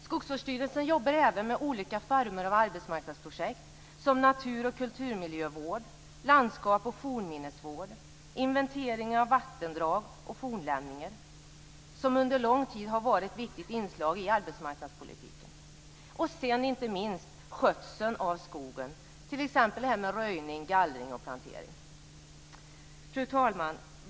Skogsvårdsstyrelsen jobbar även med olika former av arbetsmarknadsprojekt som natur och kulturmiljövård, landskaps och fornminnesvård och inventering av vattendrag och fornlämningar. Det har under lång tid varit ett viktigt inslag i arbetsmarknadspolitiken. Sedan gäller det inte minst skötseln av skogen, t.ex. det här med röjning, gallring och plantering. Fru talman!